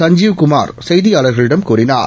சஞ்ஜீவ்குமார் செய்தியாளர்களிடம் கூறினார்